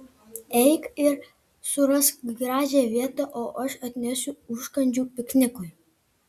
eik ir surask gražią vietą o aš atnešiu užkandžių piknikui